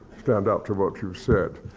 stand out to what you said.